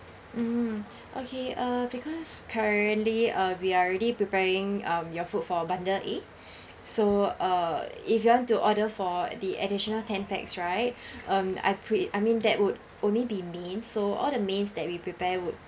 mm okay uh because currently uh we are already preparing um your food for bundle A so uh if you want to order for the additional ten pax right um I pre~ I mean that would only be main so all the mains that we prepare would